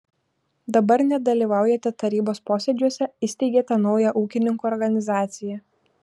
dabar nedalyvaujate tarybos posėdžiuose įsteigėte naują ūkininkų organizaciją